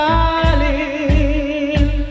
Darling